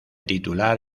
titular